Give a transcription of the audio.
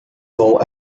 sole